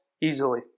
easily